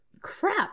crap